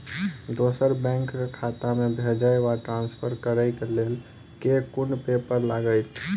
दोसर बैंक केँ खाता मे भेजय वा ट्रान्सफर करै केँ लेल केँ कुन पेपर लागतै?